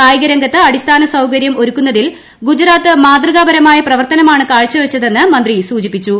കായിക രംഗത്ത് അടിസ്ഥാന സൌകര്യം ഒരുക്കുന്നതിൽ ഗുജറാത്ത് മാതൃകാപരമായ പ്രവർത്തനമാണ് കാഴ്ചവെച്ചതെന്ന് മന്ത്രി സൂചിപ്പിച്ചു